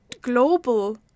global